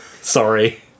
Sorry